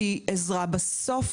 עזרה מסוימת בסוף,